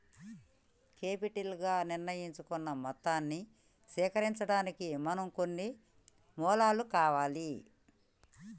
capital గా నిర్ణయించుకున్న మొత్తాన్ని సేకరించడానికి మనకు కొన్ని మూలాలు కావాలి